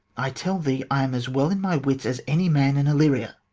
i tell thee, i am as well in my wits as any man in illyria.